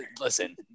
listen